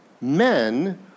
men